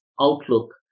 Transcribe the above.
outlook